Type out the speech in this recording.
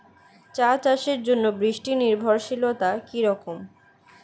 চা চাষের জন্য বৃষ্টি নির্ভরশীলতা কী রকম?